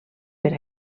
per